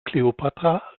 kleopatra